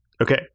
Okay